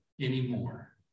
anymore